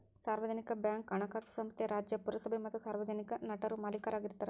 ಸಾರ್ವಜನಿಕ ಬ್ಯಾಂಕ್ ಹಣಕಾಸು ಸಂಸ್ಥೆ ರಾಜ್ಯ, ಪುರಸಭೆ ಮತ್ತ ಸಾರ್ವಜನಿಕ ನಟರು ಮಾಲೇಕರಾಗಿರ್ತಾರ